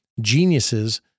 geniuses